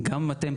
גם אתם,